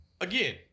again